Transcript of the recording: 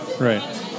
Right